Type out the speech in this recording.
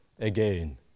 again